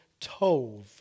tov